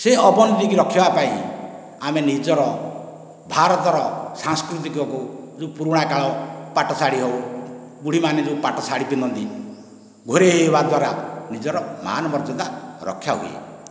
ସେହି ଅବନତିକୁ ରଖିବା ପାଇଁ ଆମେ ନିଜର ଭାରତର ସାଂସ୍କୃତିକକୁ ଯେଉଁ ପୁରୁଣା କାଳ ପାଟ ଶାଢ଼ୀ ହେଉ ବୁଢ଼ୀ ମାନେ ଯେଉଁ ପାଟ ଶାଢ଼ୀ ପିନ୍ଧନ୍ତି ଘୋଡ଼େଇ ହେବା ଦ୍ବାରା ନିଜର ମାନ ମର୍ଯ୍ୟାଦା ରକ୍ଷା ହୁଏ